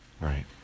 right